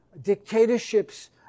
dictatorships